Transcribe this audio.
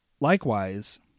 Likewise